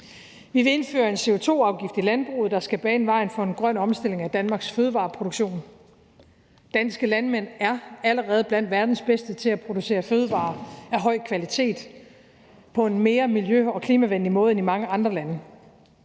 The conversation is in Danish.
Vi vil indføre en CO2-afgift i landbruget, der skal bane vejen for en grøn omstilling af Danmarks fødevareproduktion. Danske landmænd er allerede blandt verdens bedste til at producere fødevarer af høj kvalitet på en mere miljø- og klimavenlig måde end i mange andre lande.